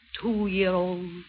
two-year-old